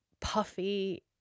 puffy